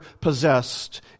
possessed